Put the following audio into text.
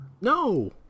No